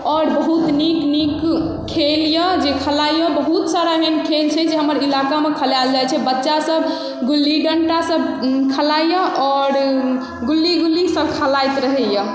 आओर बहुत नीक नीक खेल यऽ जे खेलाइ यऽ बहुत सारा एहन खेल छै जे हमर इलाकामे खलैल जाइ छै बच्चा सभ गुल्ली डण्डा सभ खेलाइ यऽ आओर गुल्ली गुल्ली सभ खेलाइत रहैए